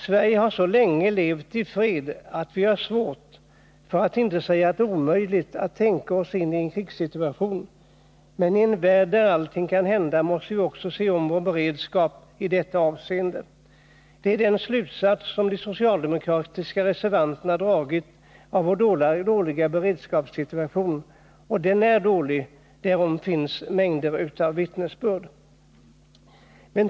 Sverige har så länge levt i fred att det är svårt, för att inte säga omöjligt, för oss att tänka oss in i en krigssituation. Men i en värld där allting kan hända måste vi också se om vår beredskap i detta avseende. Det är den slutsats som de socialdemokratiska reservanterna dragit av vår dåliga beredskapssituation. Och den är dålig. Därom finns mängder av vittnesbörd.